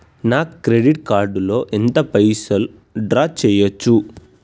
నా credit card లో ఎంత పైసల్ డ్రా చేయచ్చు?